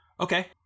Okay